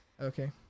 okay